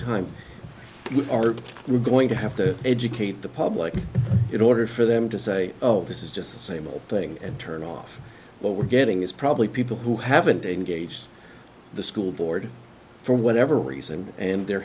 we going to have to educate the public in order for them to say oh this is just the same old thing and turn off what we're getting is probably people who haven't engaged the school board for whatever reason and they're